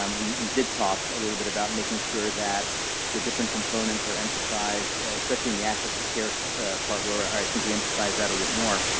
um we we did talk a little bit about making sure that the different components are emphasized, especially in the access to care so part, where where i think we emphasized that a little bit more.